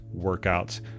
workouts